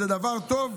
וזה דבר טוב,